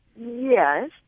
Yes